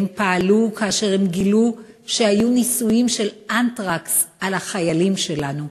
הם פעלו כאשר הם גילו שהיו ניסויים של "אנתרקס" על החיילים שלנו.